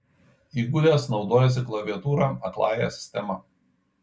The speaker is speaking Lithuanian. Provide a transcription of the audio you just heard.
įgudęs naudojasi klaviatūra akląja sistema